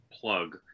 plug